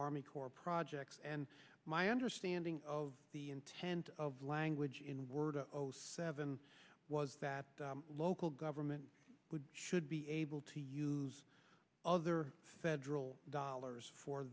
army corps projects and my understanding of the intent of language in word of seven was that local government would should be able to use other federal dollars for